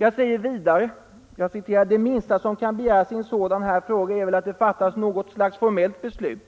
Jag säger också: ”Det minsta som kan begäras i en sådan här fråga är väl att det fattas något slags formellt beslut